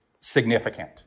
significant